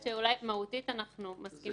מהותית אנחנו מסכימים